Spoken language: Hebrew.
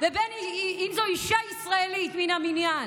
בין שזו אישה שהיא חסרת מעמד ובין שזו אישה ישראלית מן המניין.